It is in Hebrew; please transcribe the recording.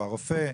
או הרופא,